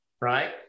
Right